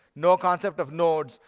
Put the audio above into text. no concept of nodes,